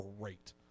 great